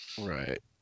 right